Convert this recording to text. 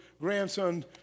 grandson